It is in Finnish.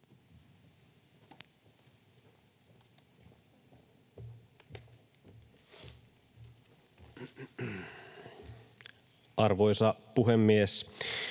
Arvoisa puhemies!